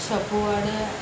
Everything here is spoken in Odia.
ସବୁଆଡ଼େ